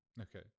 Okay